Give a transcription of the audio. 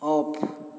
of